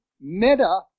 meta-